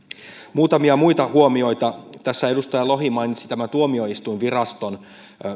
muutamia muita huomioita edustaja lohi mainitsi tuomioistuinviraston